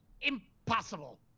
Impossible